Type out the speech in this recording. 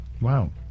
Wow